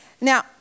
Now